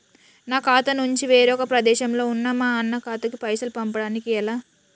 నా ఖాతా నుంచి వేరొక ప్రదేశంలో ఉన్న మా అన్న ఖాతాకు పైసలు పంపడానికి ఎలా?